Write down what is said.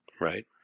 right